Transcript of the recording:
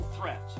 threat